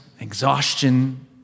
exhaustion